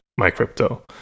MyCrypto